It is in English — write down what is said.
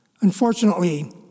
Unfortunately